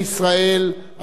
האזרחים הוותיקים.